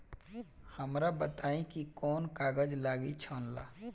हमरा बताई कि कौन कागज लागी ऋण ला?